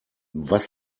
was